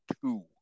two